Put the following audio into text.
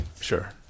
Sure